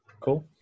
cool